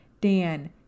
Dan